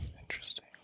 Interesting